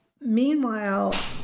Meanwhile